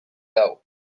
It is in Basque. hau